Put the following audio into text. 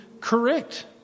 correct